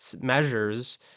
measures